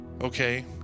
okay